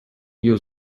you